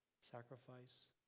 sacrifice